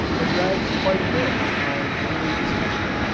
or drives quite away, my daily discomfort.